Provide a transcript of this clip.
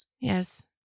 yes